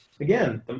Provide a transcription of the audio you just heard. again